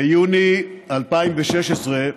ביוני 2016,